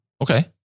Okay